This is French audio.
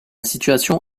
situation